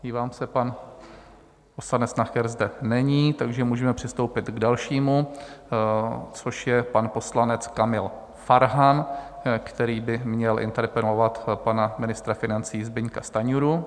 Dívám se, pan poslanec Nacher zde není, takže můžeme přistoupit k dalšímu, což je pan poslanec Kamal Farhan, který by měl interpelovat pana ministra financí Zbyňka Stanjuru.